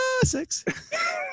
six